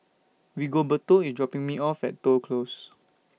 Rigoberto IS dropping Me off At Toh Close